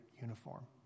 uniform